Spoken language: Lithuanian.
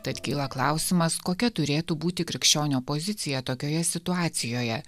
tad kyla klausimas kokia turėtų būti krikščionio pozicija tokioje situacijoje